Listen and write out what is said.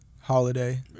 holiday